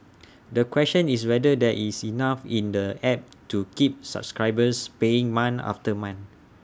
the question is whether there is enough in the app to keep subscribers paying month after month